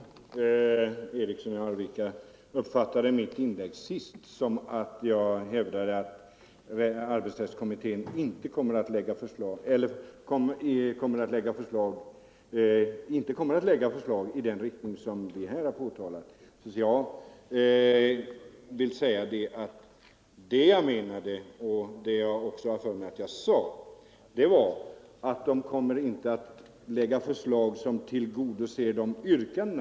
Fru talman! Herr Eriksson i Arvika uppfattade tydligen mitt senaste inlägg så, att jag påstod att arbetsrättskommittén inte kommer att lägga förslag i den riktning som vi önskar. Jag menade — och det har jag också för mig att jag sade — att arbetsrättskommittén inte kommer att lägga förslag som tillgodoser våra yrkanden.